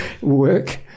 work